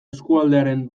eskualdearen